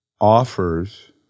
offers